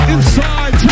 Inside